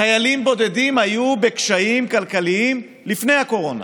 חיילים בודדים היו בקשיים כלכליים לפני הקורונה.